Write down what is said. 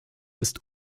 ist